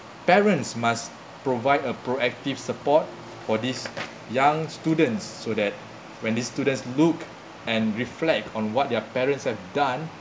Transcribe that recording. parents must provide a proactive support for these young students so that when these students look and reflect on what their parents have done